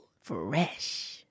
Fresh